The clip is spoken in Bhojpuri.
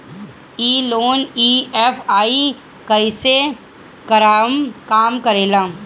ई लोन ई.एम.आई कईसे काम करेला?